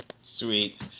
Sweet